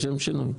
לשם שינוי.